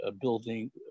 building